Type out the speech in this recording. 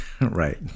Right